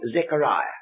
Zechariah